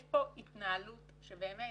יש פה התנהלות שבאמת,